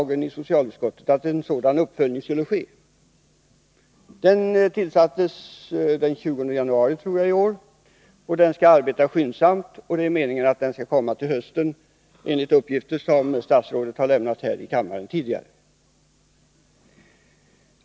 Gertrud Sigurdsen tillsatte en sådan grupp den 20 januari i år Det är meningen att arbetsgruppen skall lägga fram sitt arbete under hösten, enligt uppgifter som statsrådet har lämnat här i kammaren tidigare.